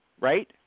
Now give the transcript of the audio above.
right